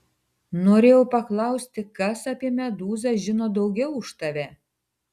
norėjau paklausti kas apie medūzą žino daugiau už tave